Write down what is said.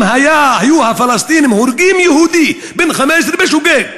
אם הפלסטינים היו הורגים יהודי בן 15 בשוגג,